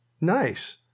Nice